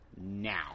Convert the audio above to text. now